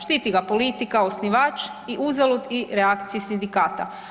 Štiti ga politika, osnivač i uzalud i reakcije sindikata.